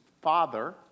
father